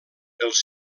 els